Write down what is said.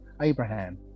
abraham